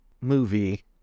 movie